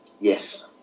Yes